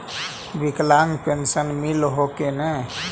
विकलांग पेन्शन मिल हको ने?